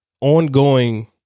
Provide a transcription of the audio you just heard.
Ongoing